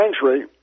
country